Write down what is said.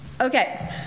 Okay